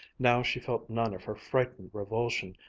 now she felt none of her frightened revulsion,